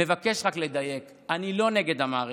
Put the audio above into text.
ומבקש רק לדייק, אני לא נגד המערכת,